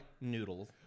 Noodles